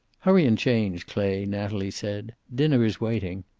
hurry and change, clay, natalie said. dinner is waiting.